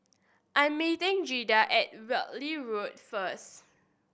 I am meeting Jaeda at Whitley Road first